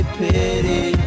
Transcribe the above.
pity